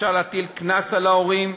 אפשר להטיל קנס על ההורים,